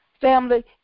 Family